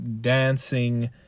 dancing